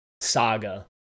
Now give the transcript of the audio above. saga